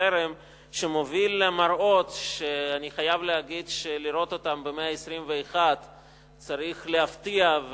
חרם שמוביל למראות שאני חייב להגיד שלראות אותם במאה ה-21 צריך להפתיע,